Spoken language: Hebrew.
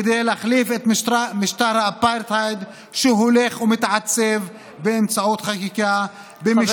כדי להחליף את משטר האפרטהייד שהולך ומתעצב באמצעות חקיקה של משטר,